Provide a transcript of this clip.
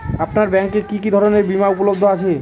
আপনার ব্যাঙ্ক এ কি কি ধরনের বিমা উপলব্ধ আছে?